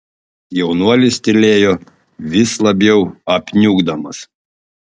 jaunuolis tylėjo vis labiau apniukdamas